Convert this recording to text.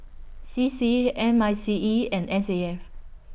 C C M I C E and S A F